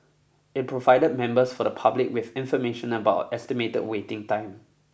it provided members of the public with information about an estimated waiting time